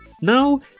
Now